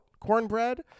Cornbread